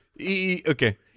Okay